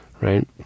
right